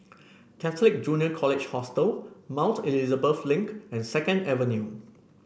Catholic Junior College Hostel Mount Elizabeth Link and Second Avenue